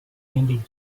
candied